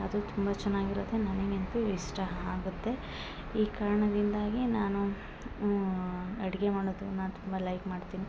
ಅದು ತುಂಬ ಚೆನ್ನಾಗಿರುತ್ತೆ ನನಗೆಂತು ಇಷ್ಟ ಆಗುತ್ತೆ ಈ ಕಾರಣದಿಂದಾಗಿ ನಾನು ಅಡ್ಗೆ ಮಾಡೋದುನ ತುಂಬ ಲೈಕ್ ಮಾಡ್ತೀನಿ